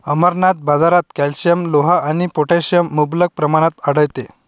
अमरनाथ, बाजारात कॅल्शियम, लोह आणि पोटॅशियम मुबलक प्रमाणात आढळते